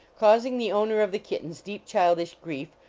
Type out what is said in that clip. causing the owner of the kittens deep childish grief,